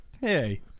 Hey